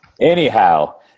Anyhow